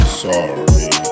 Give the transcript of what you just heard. sorry